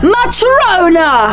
Matrona